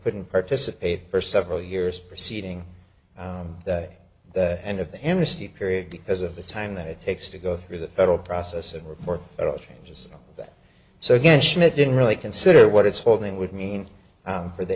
wouldn't participate for several years preceding the end of the amnesty period because of the time that it takes to go through the federal process and report it all changes that so again schmidt didn't really consider what its holding would mean for the